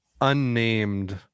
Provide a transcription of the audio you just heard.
unnamed